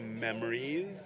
memories